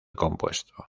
compuesto